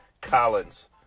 Collins